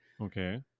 Okay